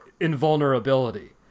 invulnerability